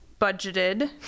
budgeted